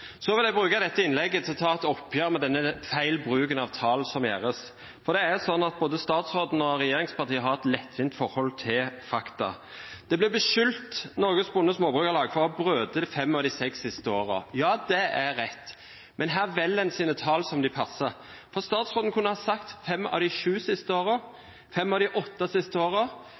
Jeg vil bruke dette innlegget til å ta et oppgjør med den feilbruken av tall som skjer. Det er sånn at statsråden og regjeringspartiene har et lettvint forhold til fakta. Norsk Bonde- og Småbrukarlag blir beskyldt for å ha brutt fem av de seks siste årene. Ja, det er rett, men her velger man sine tall som det passer. For statsråden kunne ha sagt fem av de syv siste